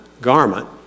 garment